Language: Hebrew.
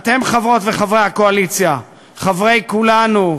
אתם, חברות וחברי הקואליציה, חברי כולנו,